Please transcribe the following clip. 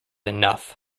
enough